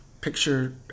picture